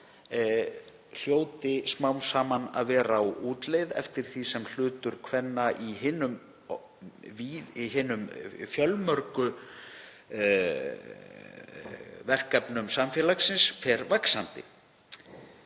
með, hljóti smám saman að vera á útleið eftir því sem hlutur kvenna í hinum fjölmörgu verkefnum samfélagsins fer vaxandi.